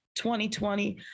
2020